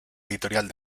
editorial